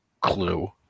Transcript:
clue